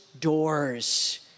doors